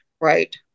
Right